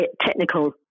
technical